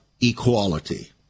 equality